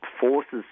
forces